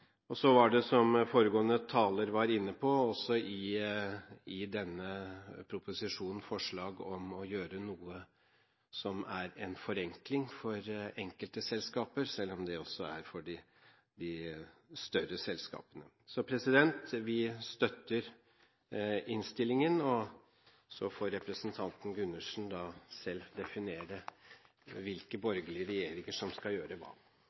også i denne proposisjonen forslag om å gjøre noe som er en forenkling for enkelte selskaper, selv om det også er for de større selskapene. Vi støtter innstillingen, og så får representanten Gundersen selv definere hvilke borgerlige regjeringer som skal gjøre hva.